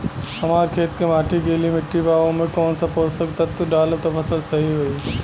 हमार खेत के माटी गीली मिट्टी बा ओमे कौन सा पोशक तत्व डालम त फसल सही होई?